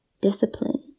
Discipline